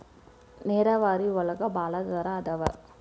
ನೇರಾವರಿ ಒಳಗ ಭಾಳ ತರಾ ಅದಾವ